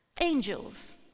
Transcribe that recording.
Angels